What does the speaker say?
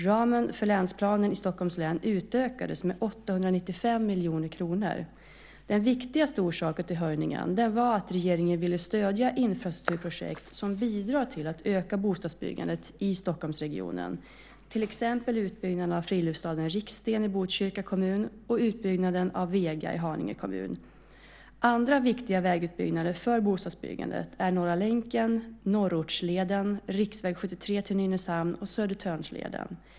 Ramen för länsplanen i Stockholms län utökades med 895 miljoner kronor. Den viktigaste orsaken till höjningen var att regeringen ville stödja infrastrukturprojekt som bidrar till att öka bostadsbyggandet i Stockholmsregionen, till exempel utbyggnaden av friluftsstaden Riksten i Botkyrka kommun och utbyggnaden av Vega i Haninge kommun. Andra viktiga vägutbyggnader för bostadsbyggandet är Norra länken, Norrortsleden, riksväg 73 till Nynäshamn och Södertörnsleden.